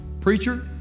preacher